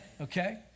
Okay